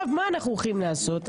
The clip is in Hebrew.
מה אנחנו הולכים לעשות?